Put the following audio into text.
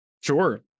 Sure